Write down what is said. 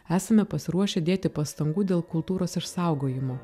esame pasiruošę dėti pastangų dėl kultūros išsaugojimo